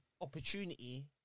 opportunity